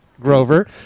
Grover